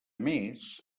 més